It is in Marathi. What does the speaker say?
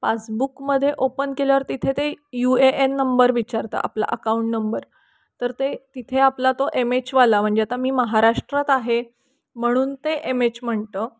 पासबुकमध्ये ओपन केल्यावर तिथे ते यू ए एन नंबर विचारतं आपला अकाऊंट नंबर तर ते तिथे आपला तो एम एचवाला म्हणजे आता मी महाराष्ट्रात आहे म्हणून ते एम एच म्हणतं